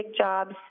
jobs